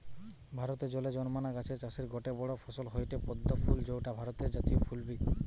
ভারতে জলে জন্মানা গাছের চাষের গটে বড় ফসল হয়ঠে পদ্ম ফুল যৌটা ভারতের জাতীয় ফুল বি